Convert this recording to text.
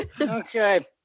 Okay